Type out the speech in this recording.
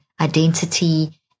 identity